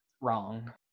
wrong